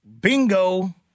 Bingo